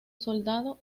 soldado